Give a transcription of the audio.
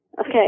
Okay